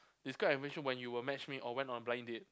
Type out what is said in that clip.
describe when you were matchmade or went on a blind date